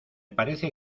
parece